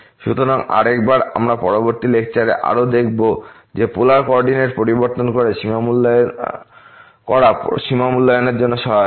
সুতরাং আরেকবার আমরা পরবর্তী লেকচারে আরো দেখতে পাব যে পোলার কোঅর্ডিনেটে পরিবর্তন করা সীমা মূল্যায়নের জন্য সহায়ক